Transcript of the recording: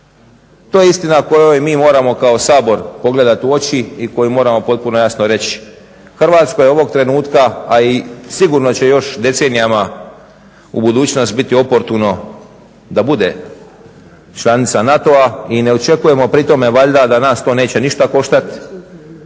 To je istina kojoj mi moramo kao Sabor pogledati u oči i koju moramo potpuno jasno reći. Hrvatskoj je ovog trenutka, a i sigurno će još decenijama u budućnosti biti oportuno da bude članica NATO-a i ne očekujemo pri tome valjda da nas to neće ništa koštati,